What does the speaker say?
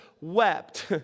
wept